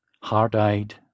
hard-eyed